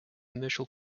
commercial